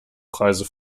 preise